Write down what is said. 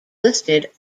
listed